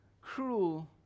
cruel